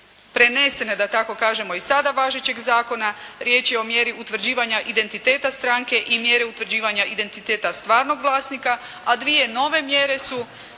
prenesene, da tako kažemo iz sada važećeg zakona. Riječ je o mjeri utvrđivanja identiteta stranke i mjere utvrđivanja identiteta stvarnog vlasnika, a dvije nove mjere su